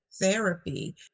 therapy